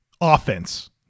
offense